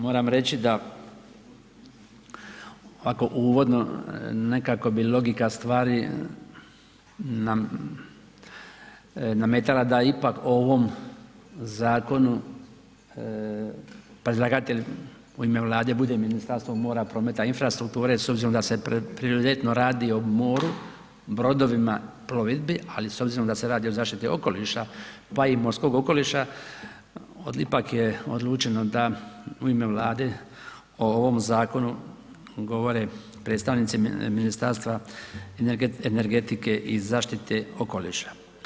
Moram reći da ako uvodno nekako bi logika stvari nam nametala da ipak o ovom zakonu predlagatelj u ime Vlade bude Ministarstvo mora, prometa i infrastrukture s obzirom da se prioritetno radi o moru, brodovima, plovidbi ali s obzirom da se radi o zaštiti okoliša pa i morskog okoliša ipak je odlučeno da u ime Vlade o ovom zakonu govore predstavnici Ministarstva energetike i zaštite okoliša.